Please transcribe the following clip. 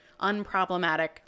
unproblematic